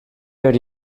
hori